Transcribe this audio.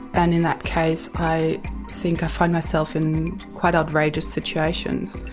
and in that case i think i find myself in quite outrageous situations,